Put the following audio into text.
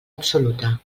absoluta